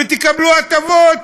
ותקבלו הטבות.